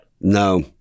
no